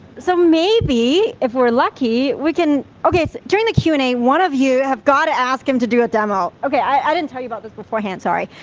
so, maybe, if weire lucky we can, okay, during the q and a one of you have gotta ask him to do a demo. okay, i didnit tell you about this beforehand, sorry.